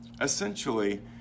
essentially